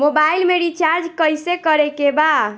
Mobile में recharge कइसे करे के बा?